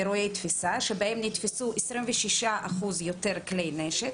אירועי תפיסה שבהם נתפסו 26 אחוז יותר כלי נשק.